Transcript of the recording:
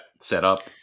setup